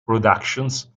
productions